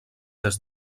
des